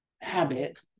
habit